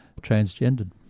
transgendered